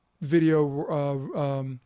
video